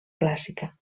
clàssica